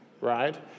right